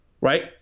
Right